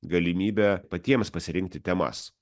galimybę patiems pasirinkti temas